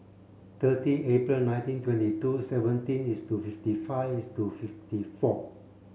thirty April nineteen twenty two seventeen is to fifty five is to fifty four